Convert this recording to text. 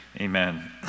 Amen